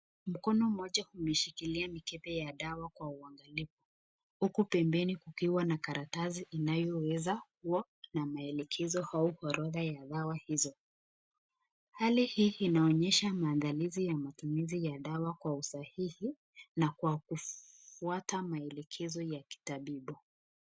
Mkono moja ume shikilia mikebe ya dawa kwa uangalifu huku pembeni ikiwa na karatasi inayoweza kuwa na maelekezo au orodha ya dawa hizo. Hali hii inaonyesha maandalizi ya dawa kwa usahihi na kufuata maelezo ya kitabibu.